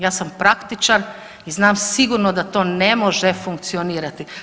Ja sam praktičar i znam sigurno da to ne može funkcionirati.